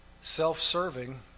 self-serving